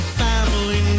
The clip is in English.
family